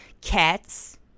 cats